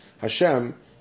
Hashem